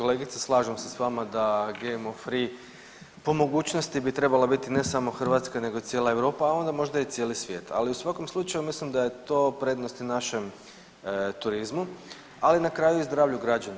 Kolegice slažem se s vama da GMO free po mogućnosti bi trebala biti ne samo Hrvatska nego i cijela Europa, a onda možda i cijeli svijet, ali u svakom slučaju mislim da je to prednost i našem turizmu, ali na kraju i zdravlju građana.